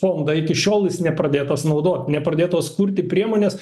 fondą iki šiol jis nepradėtas naudot nepradėtos kurti priemonės